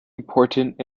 important